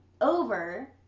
over